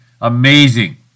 amazing